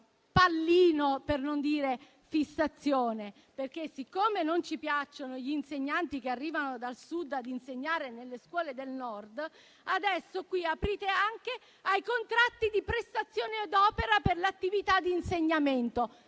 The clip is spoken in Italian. pallino, per non dire fissazione. Siccome non ci piacciono gli insegnanti che arrivano dal Sud ad insegnare nelle scuole del Nord, aprite anche ai contratti di prestazione ad opera per l'attività di insegnamento,